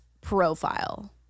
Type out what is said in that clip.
profile